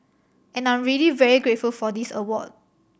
and I'm really very grateful for this award